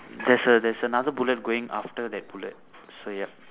there's a there's another bullet going after that bullet so yup